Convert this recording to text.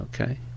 Okay